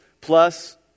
plus